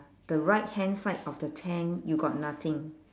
the right hand side of the tent you got nothing